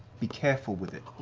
be careful with it,